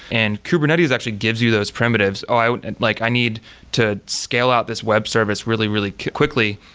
and kubernetes actually gives you those primitives i like i need to scale out this web service really, really quickly.